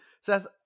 Seth